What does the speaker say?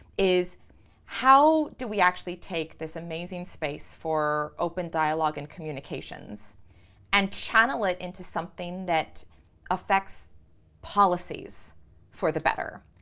is how do we actually take this amazing space for open dialogue and communications and channel it into something that affects policies for the better?